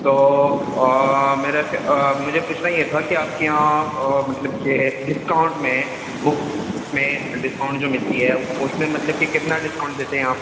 تو میرے سے مجھے پوچھنا یہ تھا کہ آپ کے یہاں مطلب کہ ڈسکاؤنٹ میں بک میں ڈسکاؤنٹ جو ملتی ہے اس میں مطلب کہ کتنا ڈسکاؤنٹ دیتے ہیں آپ